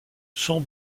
son